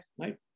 right